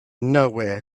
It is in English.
nowhere